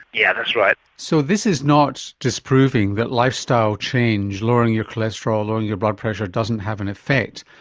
yeah that's right. so this is not disproving that lifestyle change lowering your cholesterol, lowering your blood pressure doesn't have an effect.